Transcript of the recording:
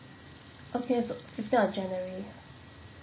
okay so fifteenth of january